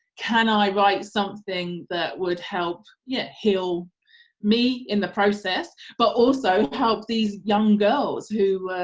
can i write something that would help yeah heal me in the process but also help these young girls who,